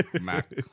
Mac